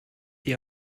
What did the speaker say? die